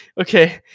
Okay